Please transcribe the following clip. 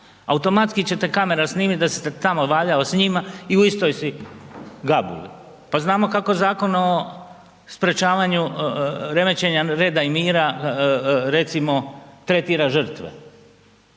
automatski će te kamera snimiti da si se tamo valjao s njima i u istoj si gabuli. Pa znamo kako Zakon o sprječavanju remećenja reda i mira, recimo tretira žrtve.